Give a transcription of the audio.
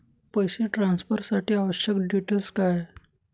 पैसे ट्रान्सफरसाठी आवश्यक डिटेल्स काय आहेत?